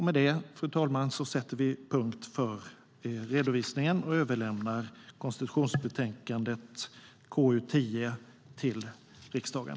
Med detta, fru talman, sätter vi punkt för redovisningen och överlämnar konstitutionsutskottets betänkande KU10 till riksdagen.